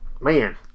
man